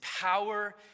power